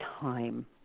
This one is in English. time